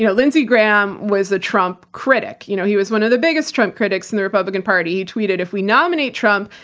you know lindsey graham was a trump critic. you know he was one of the biggest trump critics in the republican party, he tweeted, if we nominate trump,